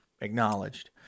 acknowledged